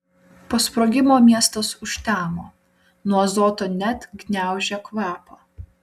po sprogimo miestas užtemo nuo azoto net gniaužė kvapą